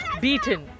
beaten